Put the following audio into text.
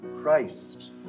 Christ